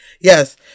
Yes